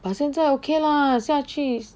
but 现在 ok lah 下去